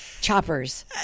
choppers